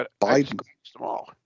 Biden